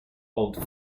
old